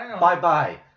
Bye-bye